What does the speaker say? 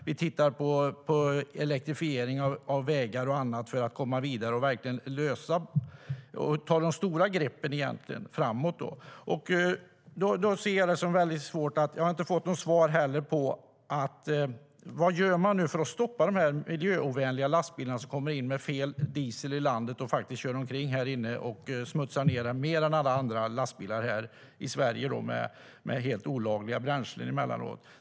Vi tittar på elektrifiering av vägar och annat för att komma vidare och verkligen ta de stora greppen framåt. Jag har inte heller fått något svar på vad man gör för att stoppa de miljöovänliga lastbilar som kommer in i landet med fel diesel och kör omkring här och smutsar ned mer än alla andra lastbilar, allt emellanåt med helt olagliga bränslen.